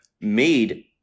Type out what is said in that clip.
made